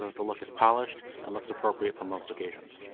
ah that the look is polished and looks appropriate for most occasions.